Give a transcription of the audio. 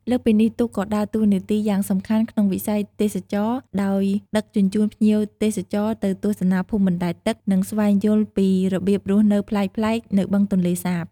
លើសពីនេះ ទូកក៏ដើរតួនាទីយ៉ាងសំខាន់ក្នុងវិស័យទេសចរណ៍ ដោយដឹកជញ្ជូនភ្ញៀវទេសចរទៅទស្សនាភូមិបណ្ដែតទឹក និងស្វែងយល់ពីរបៀបរស់នៅប្លែកៗនៅបឹងទន្លេសាប។